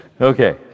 Okay